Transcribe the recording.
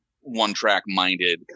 one-track-minded